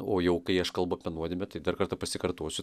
o jau kai aš kalbu apie nuodėmę tai dar kartą pasikartosiu